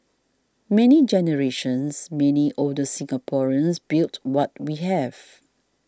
many generations many older Singaporeans built what we have